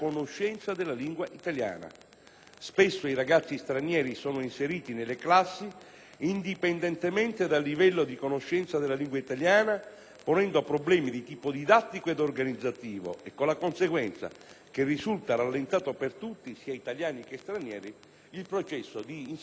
Spesso i ragazzi stranieri sono inseriti nelle classi indipendentemente dal livello di conoscenza della lingua italiana ponendo problemi di tipo didattico ed organizzativo, con la conseguenza che risulta rallentato per tutti, sia italiani che stranieri, il processo di insegnamento-apprendimento.